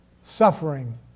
Suffering